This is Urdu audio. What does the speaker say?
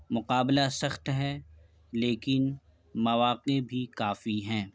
مقابلہ سخت ہے لیکن مواقع بھی کافی ہیں